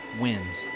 wins